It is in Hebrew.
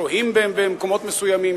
שוהים במקומות מסוימים,